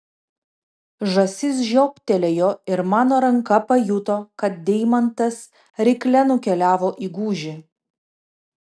žąsis žioptelėjo ir mano ranka pajuto kad deimantas rykle nukeliavo į gūžį